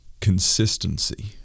Consistency